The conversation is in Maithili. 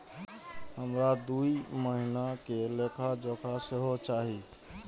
हमरा दूय महीना के लेखा जोखा सेहो चाही